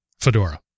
Fedora